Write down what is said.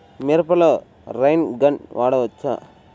మిరపలో rain gun వాడవచ్చా?